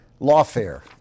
Lawfare